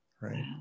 right